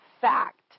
fact